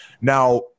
Now